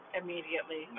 immediately